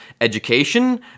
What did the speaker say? education